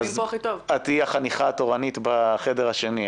את תהיה החניכה התורנית בחדר השני,